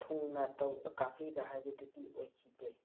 ꯊꯨꯡꯅ ꯀꯥꯞꯄꯤꯕ ꯍꯥꯏꯕꯗꯨꯗꯤ ꯑꯣꯏꯈꯤꯗꯦ